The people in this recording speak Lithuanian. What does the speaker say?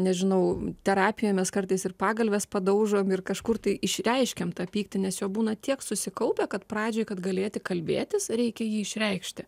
nežinau terapija mes kartais ir pagalves padaužom ir kažkur tai išreiškiam tą pyktį nes jo būna tiek susikaupę kad pradžiai kad galėti kalbėtis reikia jį išreikšti